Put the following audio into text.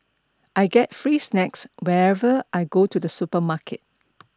I get free snacks whenever I go to the supermarket